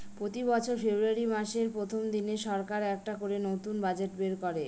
প্রতি বছর ফেব্রুয়ারী মাসের প্রথম দিনে সরকার একটা করে নতুন বাজেট বের করে